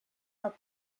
are